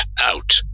out